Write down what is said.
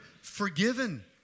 forgiven